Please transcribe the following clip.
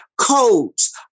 Codes